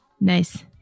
nice